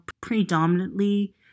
predominantly